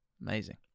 Amazing